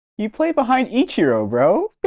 he play behind ichiro, bro?